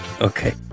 Okay